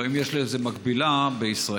והאם יש לזה מקבילה בישראל?